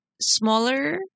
smaller